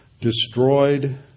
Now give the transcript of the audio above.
destroyed